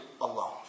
alone